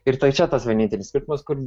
ir tai čia tas vienintelis skirtumas kur